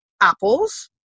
apples